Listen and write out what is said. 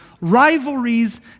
rivalries